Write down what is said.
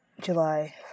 July